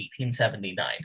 1879